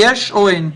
יש או אין?